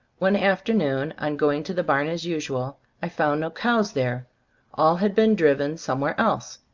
one afternoon, on going to the barn as usual, i found no cows there all had been driven somewhere else.